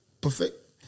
perfect